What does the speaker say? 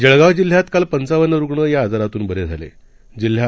जळगावजिल्ह्यातकालपंचावन्नरुग्णयाआजारातूनबरेझालेजिल्ह्यात